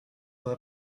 will